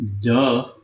Duh